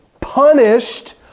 punished